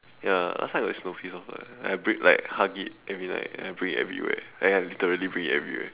ya time I got this Snoopy soft toy then I bring hug it every night and I bring it everywhere ya literally bring it everywhere